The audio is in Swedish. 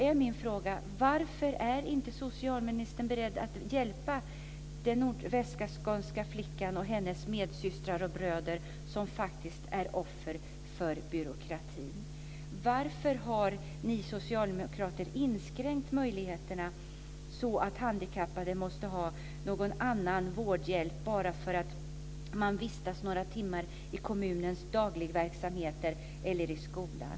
Jag vill fråga: Varför är inte socialministern beredd att hjälpa den västskånska flickan och hennes medsystrar och medbröder, som faktiskt är offer för byråkrati? Varför har ni socialdemokrater inskränkt möjligheterna för handikappade att behålla sin vårdhjälp så snart de vistas några timmar i kommunens dagligverksamheter eller i skolan?